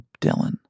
Dylan